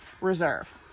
Reserve